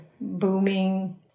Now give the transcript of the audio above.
booming